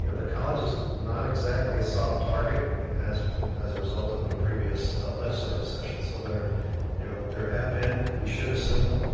you know the college is not exactly a soft target as a result of a previous legislative session. so there you know there have been, we should assume,